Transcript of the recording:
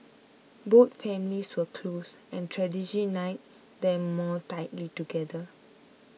both families were close and tragedy knit them more tightly together